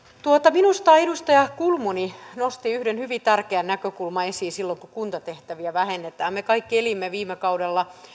minusta edustaja kulmuni nosti yhden hyvin tärkeän näkökulman esiin silloin kun kuntatehtäviä vähennetään me kaikki elimme viime kaudella